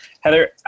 Heather